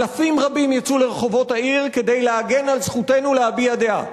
אלפים רבים יצאו לרחובות העיר כדי להגן על זכותנו להביע דעה.